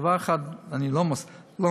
עם דבר אחד אני לא מסכים,